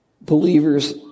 Believers